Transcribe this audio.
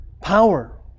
power